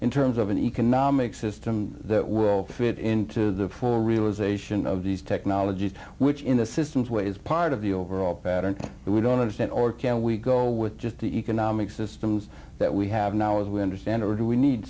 in terms of an economic system that will fit into the form realization of these technologies which in the systems way is part of the overall pattern we don't understand or can we go with just the economic systems that we have now as we understand it or do we need